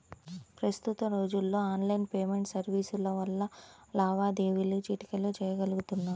ప్రస్తుత రోజుల్లో online payment సర్వీసుల వల్ల లావాదేవీలు చిటికెలో చెయ్యగలుతున్నారు